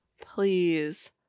please